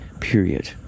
period